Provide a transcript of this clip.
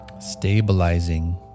stabilizing